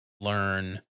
learn